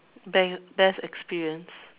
best best experience